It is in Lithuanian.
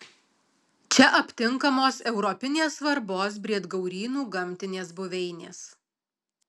čia aptinkamos europinės svarbos briedgaurynų gamtinės buveinės